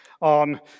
on